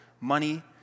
money